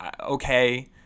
okay